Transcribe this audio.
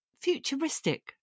futuristic